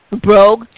broke